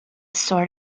sort